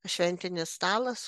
šventinis stalas